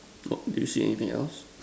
what do you see anything else